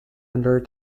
under